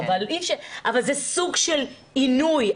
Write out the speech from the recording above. אבל זה סוג של עינוי,